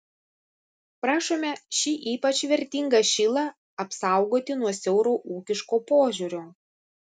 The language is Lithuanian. prašome šį ypač vertingą šilą apsaugoti nuo siauro ūkiško požiūrio